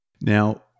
Now